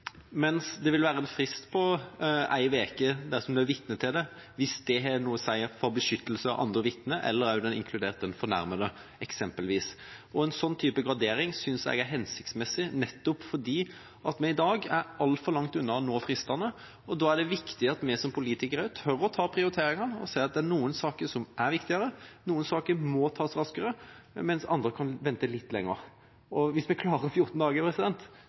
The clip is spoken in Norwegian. en har vært vitne til det – hvis det eksempelvis har noe å si for beskyttelse av andre vitner eller også den fornærmede. En slik gradering synes jeg er hensiktsmessig nettopp fordi vi i dag er altfor langt unna å nå fristene. Da er det viktig at også vi som politikere tør å prioritere og si at det er noen saker som er viktigere, noen saker som må tas raskere, mens andre kan vente litt lenger. Hvis vi klarer 14 dager,